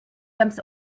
jumps